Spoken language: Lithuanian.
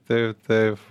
taip taip